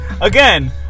Again